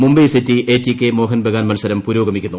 മുംബൈ സ്ട്രീറ്റി A T K Mohun Bagan മത്സരം പുരോഗമിക്കുന്നു